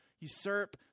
usurp